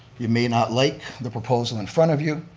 you may not like the proposal in front of you,